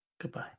Goodbye